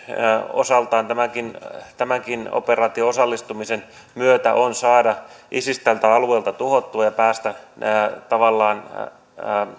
osaltaan tämänkin tämänkin operaatioon osallistumisen myötä on saada isis tältä alueelta tuhottua ja päästä tavallaan